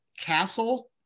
Castle